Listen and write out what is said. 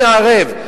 מי ערב?